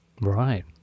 right